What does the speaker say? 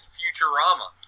futurama